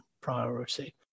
priority